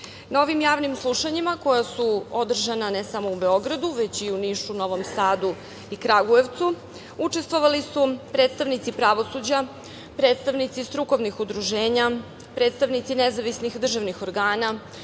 ovim javnim slušanjima koja su održana ne samo u Beogradu, već i u Nišu, Novom Sadu i Kragujevcu, učestvovali su predstavnici pravosuđa, predstavnici strukovnih udruženja, predstavnici nezavisnih državnih organa,